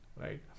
right